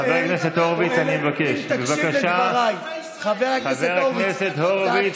אני אומר שוב, חבר הכנסת קלנר,